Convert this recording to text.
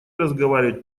разговаривать